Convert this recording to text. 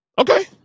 Okay